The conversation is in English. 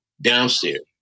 downstairs